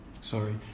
sorry